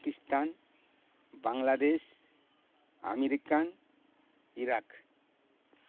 Pakistan Bangladesh American Iraq